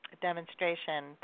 demonstration